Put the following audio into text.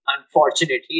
unfortunately